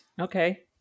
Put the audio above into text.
Okay